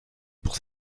pour